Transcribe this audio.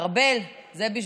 ארבל, זה בשבילך.